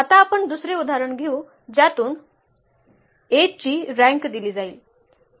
आता आपण दुसरे उदाहरण घेऊ ज्यातून A ची रँक दिली जाईल